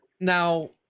now